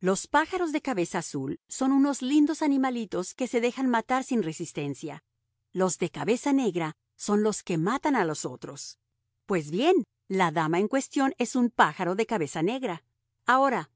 los pájaros de cabeza azul son unos lindos animalitos que se dejan matar sin resistencia los de cabeza negra son los que matan a los otros pues bien la dama en cuestión es un pájaro de cabeza negra ahora